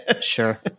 Sure